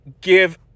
Give